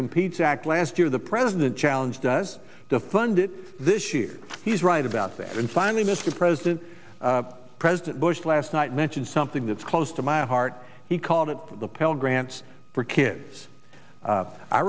competes act last year the president challenged us to fund it this year he's right about that and finally mr president president bush last night mentioned something that's close to my heart he called it the pell grants for kids